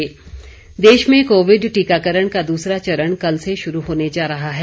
टीकाकरण देश में कोविड टीकाकरण का दूसरा चरण कल से शुरू होने जा रहा है